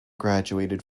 graduated